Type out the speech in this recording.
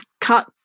cut